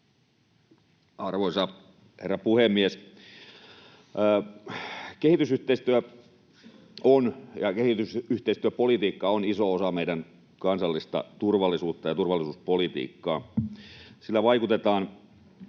Arvoisa herra puhemies! Kehitysyhteistyö on ja kehitysyhteistyöpolitiikka on iso osa meidän kansallista turvallisuutta ja turvallisuuspolitiikkaa. Sillä vaikutetaan